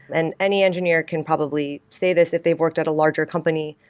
and any engineer can probably say this if they worked at a larger company,